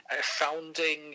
founding